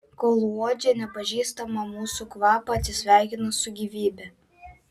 kol uodžia nepažįstamą mūsų kvapą atsisveikina su gyvybe